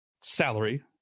salary